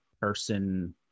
person